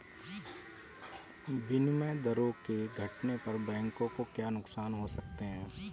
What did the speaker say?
विनिमय दरों के घटने पर बैंकों को क्या नुकसान हो सकते हैं?